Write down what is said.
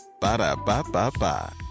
Ba-da-ba-ba-ba